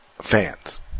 fans